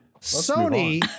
Sony